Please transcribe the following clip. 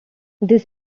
this